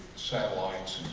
satellites